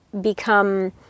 become